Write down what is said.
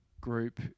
group